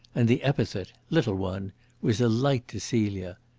and the epithet little one was a light to celia.